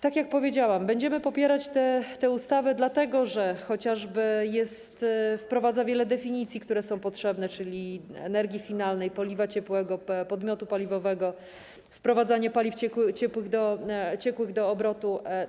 Tak jak powiedziałam, będziemy popierać tę ustawę, dlatego że chociażby wprowadza wiele definicji, które są potrzebne, czyli energii finalnej, paliwa ciekłego, podmiotu paliwowego, wprowadzania paliw ciekłych do obrotu.